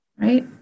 Right